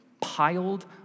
piled